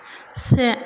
से